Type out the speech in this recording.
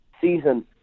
season